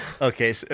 Okay